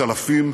צלפים,